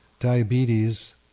Diabetes